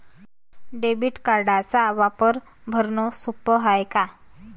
Debit कार्डचा वापर भरनं सोप हाय का?